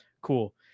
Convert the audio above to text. cool